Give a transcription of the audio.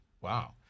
Wow